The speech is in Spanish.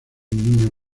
niño